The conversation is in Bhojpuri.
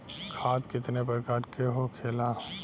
खाद कितने प्रकार के होखेला?